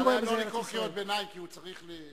אני יודע שיש כאלה שרואים את זה חוץ-לארץ,